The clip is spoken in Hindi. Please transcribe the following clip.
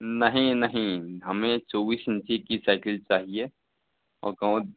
नहीं नहीं हमें चौबीस इंची की साइकिल चाहिए और कौनों